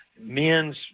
men's